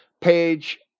page